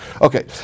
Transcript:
Okay